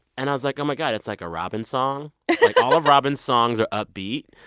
and i was, like, oh, my god, it's like a robyn song all of robyn's songs are upbeat,